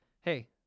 Hey